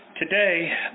Today